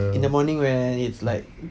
in the morning when it's like